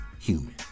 human